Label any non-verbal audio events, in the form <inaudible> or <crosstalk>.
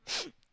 <noise>